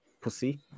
pussy